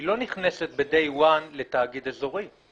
היא לא נכנסת ב"דיי וואן" לתאגיד אזורי,